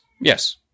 yes